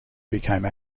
became